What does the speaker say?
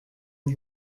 den